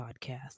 podcast